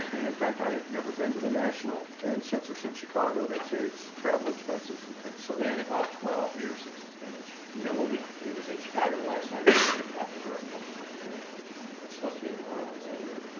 and in fact, i have never been to the national and since it's in chicago that saves travel expenses and things so. and about twelve here since it's finished, you know when we it was in chicago the last time after hurricane katrina is supposed to be in new orleans that year.